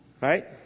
Right